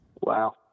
Wow